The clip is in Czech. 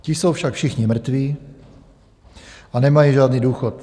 Ti jsou však všichni mrtví a nemají žádný důchod.